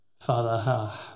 Father